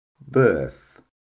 birth